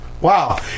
Wow